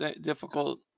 difficult